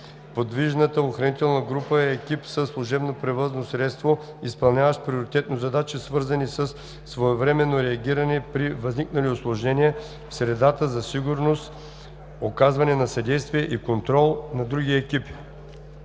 Подвижната охранителна група е екип със служебно превозно средство, изпълняващ приоритетно задачи, свързани със своевременно реагиране при възникнали усложнения в средата за сигурност, оказване на съдействие и контрол на други екипи.“